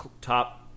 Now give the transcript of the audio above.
top